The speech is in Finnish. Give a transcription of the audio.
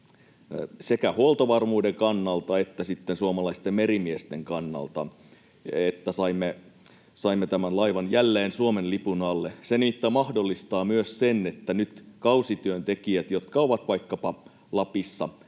sekä huoltovarmuuden kannalta että suomalaisten merimiesten kannalta, että saimme tämän laivan jälleen Suomen lipun alle. Se nimittäin mahdollistaa myös sen, että nyt kausityöntekijät, jotka ovat vaikkapa Lapissa,